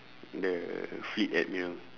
the fleet admiral